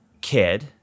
kid